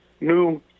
new